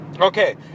Okay